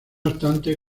obstante